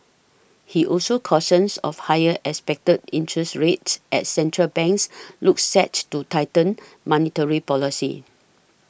he also cautioned of higher expected interest rates as central banks look set to tighten monetary policy